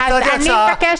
הצעתי הצעה,